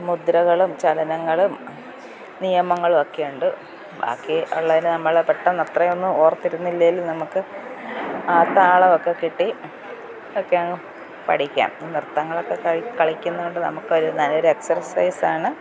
മുദ്രകളും ചലനങ്ങളും നിയമങ്ങളും ഒക്കെയുണ്ട് ബാക്കി ഉള്ളത് നമ്മളെ പെട്ടെന്ന് അത്രയൊന്നും ഓർത്തിരുന്നില്ലെങ്കില് നമുക്ക് ആ താളമൊക്കെ കിട്ടി ഒക്കെയങ്ങു പഠിക്കാം നൃത്തങ്ങളൊക്കെ കളിക്കുന്നതുകൊണ്ടു നമുക്കൊരു നല്ലൊരു എക്സർസൈസാണ്